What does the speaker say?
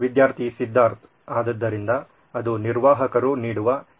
ವಿದ್ಯಾರ್ಥಿ ಸಿದ್ಧಾರ್ಥ್ ಆದ್ದರಿಂದ ಅದು ನಿರ್ವಾಹಕರು ಇಡುವ D